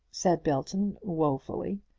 said belton wofully.